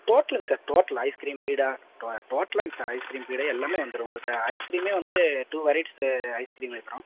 டோட்டலுங்க sir total ice cream பீடா டோ டோட்டலாங்க சார் ஐஸ்க்ரீம் பீடா எல்லாமே வந்துரும் உங்களுக்கு ஐஸ்க்ரீமே வந்து டூ வெரைட்டிஸு ஐஸ்க்ரீமு வைக்கிறோம்